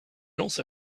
also